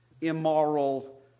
immoral